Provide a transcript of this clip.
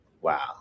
wow